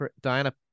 diana